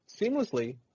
seamlessly